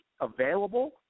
available